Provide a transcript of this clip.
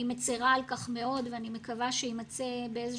אני מצרה על כך מאוד ואני מקווה שיימצא באיזה